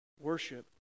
worship